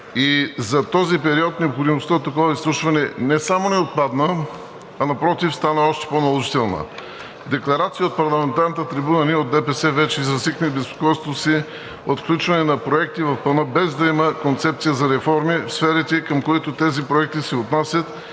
и за този период необходимостта от такова изслушване не само не отпадна, а напротив – стана още по-наложителна. В декларация от парламентарната трибуна ние от ДПС вече изразихме безпокойствието си от включване на проекти в плана, без да има концепция за реформи в сферите, към които тези проекти се отнасят